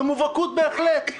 זה מובהקות בהחלט.